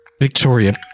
Victoria